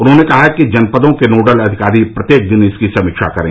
उन्होंने कहा कि जनपदों के नोडल अधिकारी प्रत्येक दिन इसकी समीक्षा करें